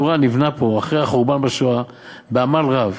עולם התורה נבנה פה אחרי החורבן בשואה בעמל רב.